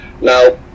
now